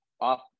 off